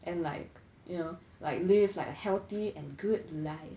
and like you know like live like healthy and good life